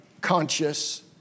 conscious